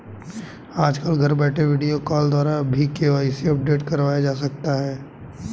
आजकल घर बैठे वीडियो कॉल द्वारा भी के.वाई.सी अपडेट करवाया जा सकता है